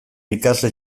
ikasle